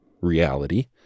reality